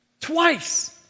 Twice